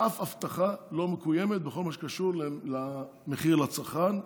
אף הבטחה לא מקוימת בכל מה שקשור למחיר לצרכן,